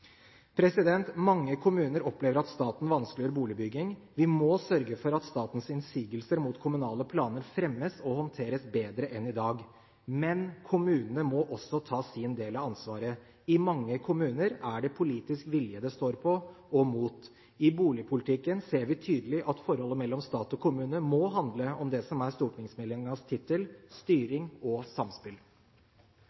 Mange kommuner opplever at staten vanskeliggjør boligbygging. Vi må sørge for at statens innsigelser mot kommunale planer fremmes og håndteres bedre enn i dag, men kommunene må også ta sin del av ansvaret. I mange kommuner er det politisk vilje det står på – og mot. I boligpolitikken ser vi tydelig at forholdet mellom stat og kommune må handle om det som er stortingsmeldingens tittel: